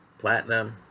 platinum